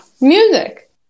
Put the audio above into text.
music